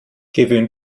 gewöhne